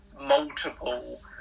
multiple